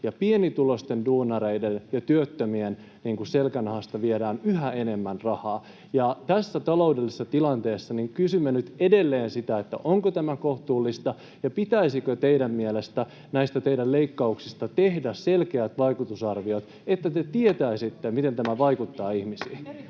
pienituloisten duunarien ja työttömien selkänahasta viedään yhä enemmän rahaa. Tässä taloudellisessa tilanteessa kysymme nyt edelleen sitä, onko tämä kohtuullista ja pitäisikö teidän mielestänne näistä teidän leikkauksistanne tehdä selkeät vaikutusarviot, että te tietäisitte, miten tämä vaikuttaa ihmisiin.